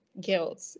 guilt